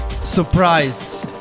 surprise